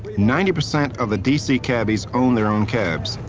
ninety percent of the d c. cabbies own their own cabs,